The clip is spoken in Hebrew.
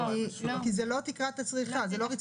כי זו לא רצפת הצריכה.